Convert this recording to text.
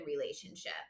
relationship